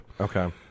Okay